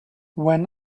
when